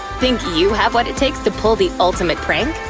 think you have what it takes to pull the ultimate prank?